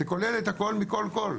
זה כולל את הכל, מכל וכל.